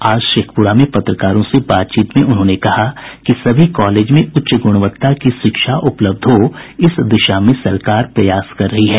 आज शेखपुरा में पत्रकारों से बातचीत में श्री सिंह ने कहा कि सभी कॉलेज में उच्च गुणवत्ता की शिक्षा उपलब्ध हो इस दिशा में सरकार प्रयास कर रही है